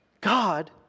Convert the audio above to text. God